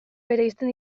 bereizten